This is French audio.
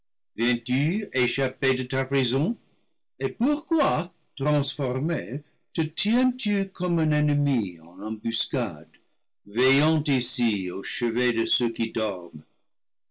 échappé de ta prison et pourquoi transformé te tiens-tu comme un ennemi en embuscade veillant ici au chevet de ceux qui dorment